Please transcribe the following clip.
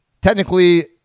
technically